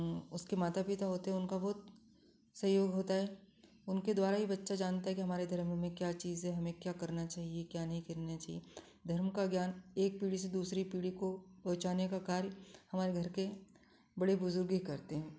उसके माता पिता होते हैं उनका बहुत सहयोग होता है उनके द्वारा ही बच्चा जानता है कि हमारे धर्म में क्या चीज है हमें क्या करना चाहिए क्या नहीं करना चाहिए धर्म का ज्ञान एक पीढ़ी से दूसरी पीढ़ी को पहुचाने का कार्य हमारे घर के बड़े बुजुर्ग ही करते हैं